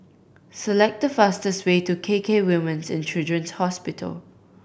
select the fastest way to K K Women's And Children's Hospital